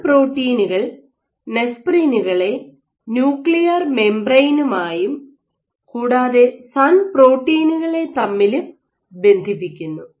sun പ്രോട്ടീനുകൾ നെസ്പ്രിനുകളെ nuclear മെംബറേനുമായും കൂടാതെ സൺ പ്രോട്ടീനുകളെ തമ്മിലും ബന്ധിപ്പിക്കുന്നു